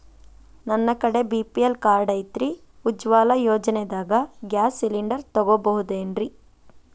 ನನ್ನ ಕಡೆ BPL card ಐತ್ರಿ, ಉಜ್ವಲಾ ಯೋಜನೆದಾಗ ಗ್ಯಾಸ್ ಸಿಲಿಂಡರ್ ತೊಗೋಬಹುದೇನ್ರಿ?